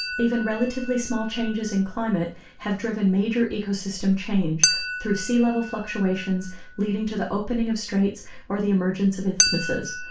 even relatively small changes in climate have driven major ecosystem change through sea-level fluctuations leading to the opening of straits or the emergence emergence of isthmuses.